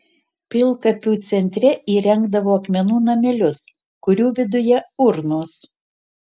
pilkapių centre įrengdavo akmenų namelius kurių viduje urnos